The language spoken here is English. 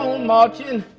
on marching, and